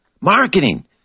Marketing